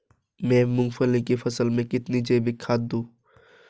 मैं मूंगफली की फसल में कितनी जैविक खाद दूं?